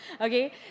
okay